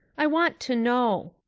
i want to know?